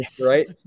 right